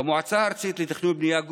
במועצה הארצית לתכנון ובנייה,